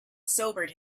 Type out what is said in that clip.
sobered